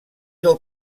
del